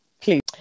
please